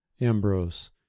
Ambrose